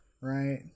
right